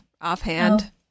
offhand